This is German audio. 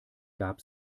gab